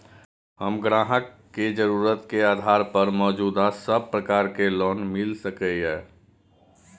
हम ग्राहक के जरुरत के आधार पर मौजूद सब अलग प्रकार के लोन मिल सकये?